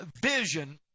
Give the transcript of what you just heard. vision